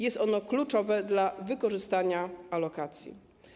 Jest to kluczowe dla wykorzystania alokacji.